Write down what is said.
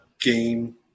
game